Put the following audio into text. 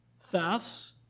thefts